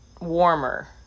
warmer